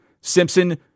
Simpson